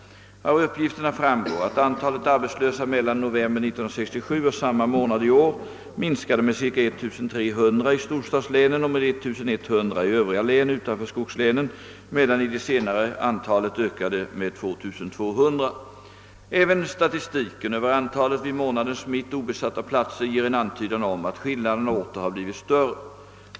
Av uppgifterna framgår att antalet arbetslösa mellan november 1967 och samma månad i år minskade med cirka 1300 i storstadslänen och med 12100 i övriga län utanför skogslänen, medan i de senare antalet ökade med 2200. även statistiken över antalet vid månadens mitt obesatta platser ger en antydan om att skillnaderna åter har blivit större.